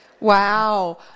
Wow